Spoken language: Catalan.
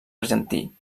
argentí